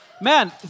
Man